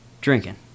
drinking